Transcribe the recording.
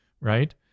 right